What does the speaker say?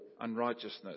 unrighteousness